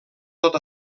tot